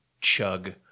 chug